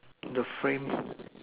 the frame